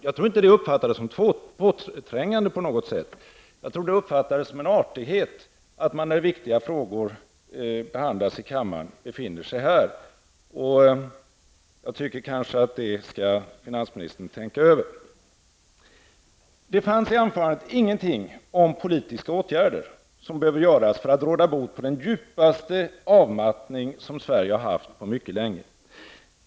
Jag tror inte att det uppfattades som påträngande på något sätt. Jag tror att det uppfattas som en artighet att man när viktiga frågor behandlas i kammaren befinner sig här, och jag tycker nog att finansministern skall tänka över det. Det fanns i finansministerns anförande ingenting om politiska åtgärder som är nödvändiga för att råda bot på den djupaste avmattning som Sverige har haft på mycket länge.